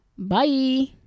Bye